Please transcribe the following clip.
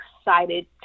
Excited